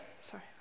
Sorry